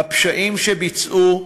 בפשעים שבוצעו.